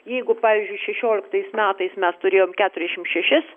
jeigu pavyzdžiui šešioliktais metais mes turėjom keturiašim šešis